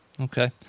Okay